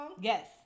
Yes